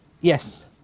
Yes